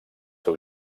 del